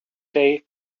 day